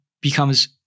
becomes